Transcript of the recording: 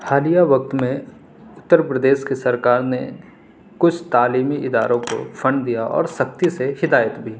حالیہ وقت میں اترپردیش کے سرکار نے کچھ تعلیمی اداروں کو فنڈ دیا اور سختی سے ہدایت بھی